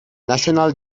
national